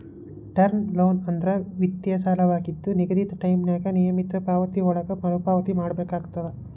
term loan ಅಂದ್ರ ವಿತ್ತೇಯ ಸಾಲವಾಗಿದ್ದ ನಿಗದಿತ ಟೈಂನ್ಯಾಗ ನಿಯಮಿತ ಪಾವತಿಗಳೊಳಗ ಮರುಪಾವತಿ ಮಾಡಬೇಕಾಗತ್ತ